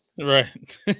Right